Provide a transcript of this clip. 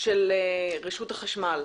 של רושת החשמל.